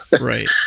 right